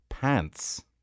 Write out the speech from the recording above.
Pants